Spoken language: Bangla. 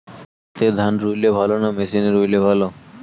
হাতে ধান রুইলে ভালো না মেশিনে রুইলে ভালো?